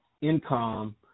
income